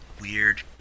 weird